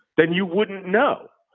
then you wouldn't know.